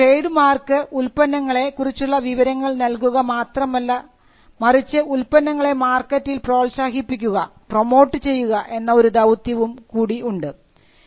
അപ്പോൾ trade mark ഉൽപ്പന്നങ്ങളെ കുറിച്ചുള്ള വിവരങ്ങൾ നൽകുക മാത്രമല്ല മറിച്ച് ഉൽപന്നങ്ങളെ മാർക്കറ്റിൽ പ്രോത്സാഹിപ്പിക്കുക പ്രമോട്ട് ചെയ്യുക എന്ന ഒരു ദൌത്യവും കൂടിയുണ്ട്